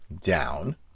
down